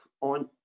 on